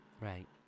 Right